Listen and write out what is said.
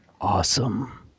Awesome